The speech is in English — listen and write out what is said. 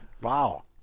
Wow